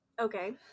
okay